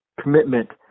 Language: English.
commitment